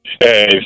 Hey